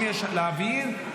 אם להבהיר,